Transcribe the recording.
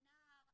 הנער,